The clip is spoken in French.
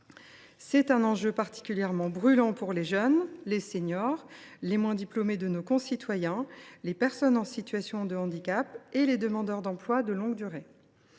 C’est un enjeu particulièrement brûlant pour les jeunes, les seniors, les moins diplômés de nos concitoyens, les personnes en situation de handicap et les demandeurs d’emploi de longue durée.